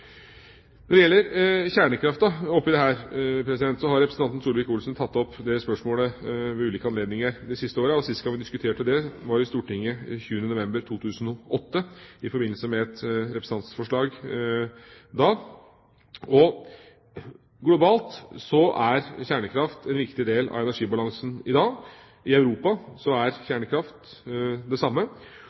Når det gjelder kjernekraft, har representanten Solvik-Olsen tatt opp det spørsmålet ved ulike anledninger de siste årene. Sist gang vi diskuterte dette, var i Stortinget 2. desember 2008 i forbindelse med et representantforslag. Globalt er kjernekraft en viktig del av energibalansen i dag – det samme også i Europa. Det er